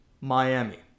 Miami